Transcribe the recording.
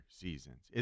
seasons